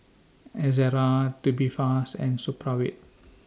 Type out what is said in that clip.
Ezerra Tubifast and Supravit